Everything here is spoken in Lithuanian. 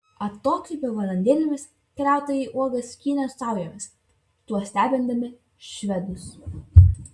atokvėpio valandėlėmis keliautojai uogas skynė saujomis tuo stebindami švedus